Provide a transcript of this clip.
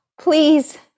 please